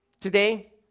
Today